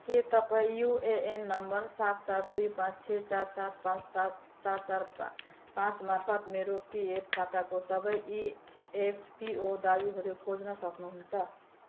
के तपाईँ UAN number सात सात दुई पाँच छ चार सात पाँच सात चार चार पाँच मार्फत मेरो पिएफ खाताको सबै इएफपिओ दावीहरू खोज्न सक्नुहुन्छ